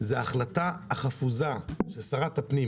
זו ההחלטה החפוזה של שרת הפנים,